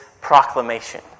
proclamation